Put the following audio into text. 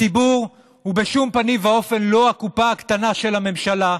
הציבור הוא בשום פנים ואופן לא הקופה הקטנה של הממשלה,